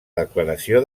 declaració